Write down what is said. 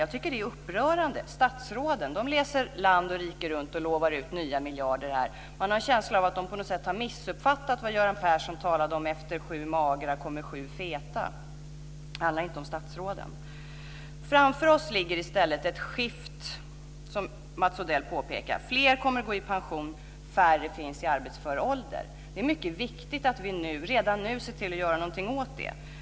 Jag tycker att det är upprörande. Statsråden reser land och rike runt och lovar ut nya miljarder. Man har en känsla av de på något sätt har missuppfattat vad Göran Person talade om när han sade att efter sju magra kommer sju feta. Det handlar inte om statsråden. Framför oss ligger i stället ett skifte, som Mats Odell påpekade. Fler kommer att gå i pension, och färre finns i arbetsför ålder. Det är mycket viktigt att vi redan nu gör någonting åt det.